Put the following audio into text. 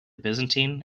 byzantine